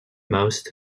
most